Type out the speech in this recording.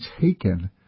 taken